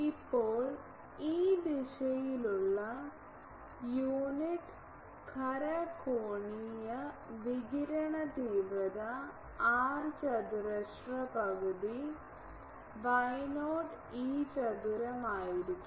ഇപ്പോൾ ഈ ദിശയിലുള്ള യൂണിറ്റ് ഖര കോണീയ വികിരണ തീവ്രത r ചതുരശ്ര പകുതി Y0 E ചതുരമായിരിക്കും